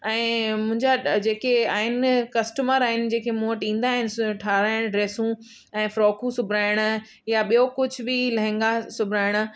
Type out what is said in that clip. ऐं मुंहिजा जेके आहिनि कस्टमर आहिनि जेके मूं वटि ईंदा आहिनि स ठहाराइण ड्रेसू ऐं फ्राकू सिबाराइण या ॿियो कुझु बि लहंगा सिबाराइण